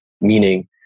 meaning